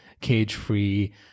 cage-free